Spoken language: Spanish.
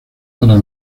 para